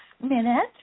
minute